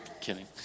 Kidding